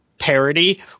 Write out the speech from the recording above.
parody